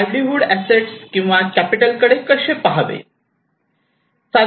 livelihood assets किंवा capital कडे कसे पहावे